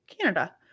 Canada